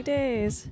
days